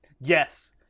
Yes